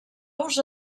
aus